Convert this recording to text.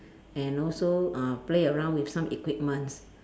and also uh play around with some equipment